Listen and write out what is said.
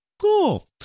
Cool